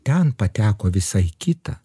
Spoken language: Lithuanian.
ten pateko visai į kitą